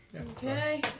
Okay